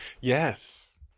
yes